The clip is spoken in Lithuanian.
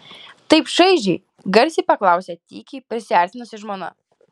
taip čaižiai garsiai paklausė tykiai prisiartinusi žmona